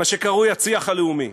מה שקרוי הצי"ח הלאומי.